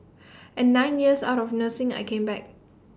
and nine years out of nursing I came back